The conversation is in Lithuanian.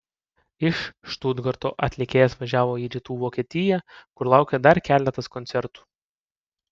iš štutgarto atlikėjas važiavo į rytų vokietiją kur laukė dar keletas koncertų